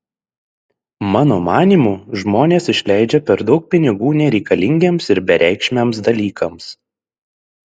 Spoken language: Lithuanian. mano manymu žmonės išleidžia per daug pinigų nereikalingiems ir bereikšmiams dalykams